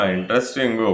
Interesting